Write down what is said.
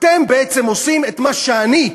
אתם בעצם עושים את מה שאני,